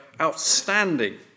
outstanding